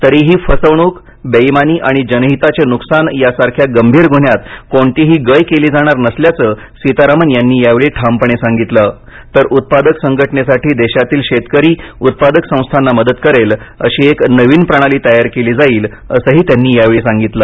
तरीही फसवणूक बेईमानी आणि जनहिताचे नुकसान यासारख्या गंभीर गुन्ह्यांत कोणतीही गय केली जाणार नसल्याचं सीतारामन यावेळी ठामपणे सांगितलं तर उत्पादक संघटनेसाठी देशातील शेतकरी उत्पादक संस्थांना मदत करेल अशी एक नवीन प्रणाली तयार केली जाईल असंही त्यांनी यावेळी सांगितलं